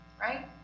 right